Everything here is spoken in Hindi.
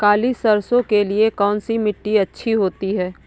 काली सरसो के लिए कौन सी मिट्टी अच्छी होती है?